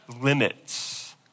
limits